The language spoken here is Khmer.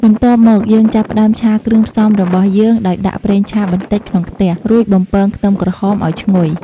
បន្ទាប់មក យើងចាប់ផ្តើមឆាគ្រឿងផ្សំរបស់យើងដោយដាក់ប្រេងឆាបន្តិចក្នុងខ្ទះ រួចបំពងខ្ទឹមក្រហមឲ្យឈ្ងុយ។